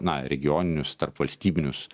na regioninius tarpvalstybinius